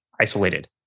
isolated